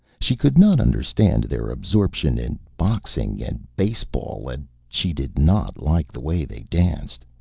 she could not understand their absorption in boxing and baseball and she did not like the way they danced.